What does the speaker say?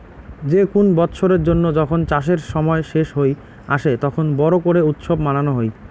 যে কুন বৎসরের জন্য যখন চাষের সময় শেষ হই আসে, তখন বড় করে উৎসব মানানো হই